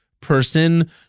person